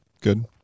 good